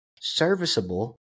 serviceable